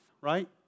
right